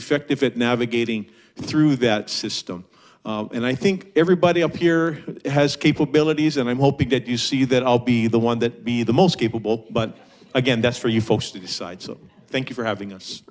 effect if it navigating through that system and i think everybody up here has capabilities and i'm hoping that you see that i'll be the one that be the most capable but again that's for you folks to decide so thank you for having us